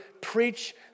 preach